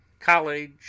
college